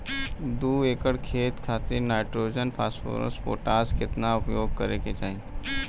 दू एकड़ खेत खातिर नाइट्रोजन फास्फोरस पोटाश केतना उपयोग करे के चाहीं?